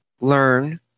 learn